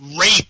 rape